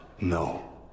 no